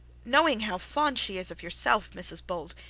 knowing how fond she is of yourself, mrs bold,